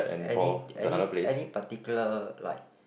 any any any particular like